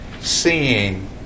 seeing